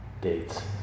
dates